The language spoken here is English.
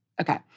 Okay